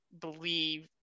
believe